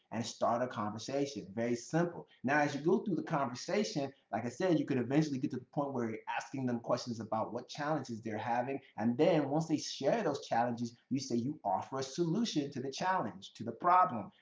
and start a conversation. very simple. now as you go through the conversation, like i said, you could eventually get to the point where you're asking them questions about what challenges they're having, and then, once they share those challenges, you say you offer a solution to the challenge, to the problem.